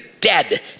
dead